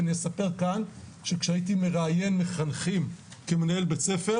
אני אספר כאן שכשהייתי מראיין מחנכים כמנהל בית ספר